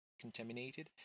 contaminated